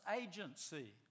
agency